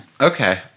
Okay